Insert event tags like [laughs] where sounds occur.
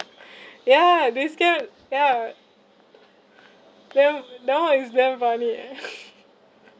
ya they scam ya that [one] that [one] is damn funny eh [laughs]